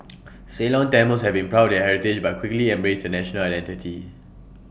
Ceylon Tamils had been proud heritage but quickly embraced A national identity